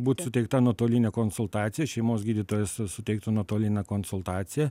būt suteikta nuotolinė konsultacija šeimos gydytojas suteiktų nuotolinę konsultaciją